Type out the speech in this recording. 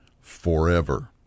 forever